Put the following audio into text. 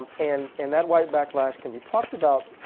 and and that white backlack can be talked about,